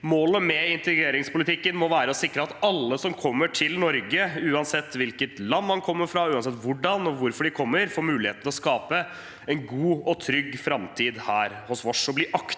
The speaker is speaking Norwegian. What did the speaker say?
Målet med integreringspolitikken må være å sikre at alle som kommer til Norge, uansett hvilket land de kommer fra, uansett hvordan og hvorfor de kommer, får mulighet til å skape en god og trygg framtid her hos oss